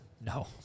No